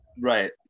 right